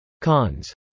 Cons